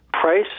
Price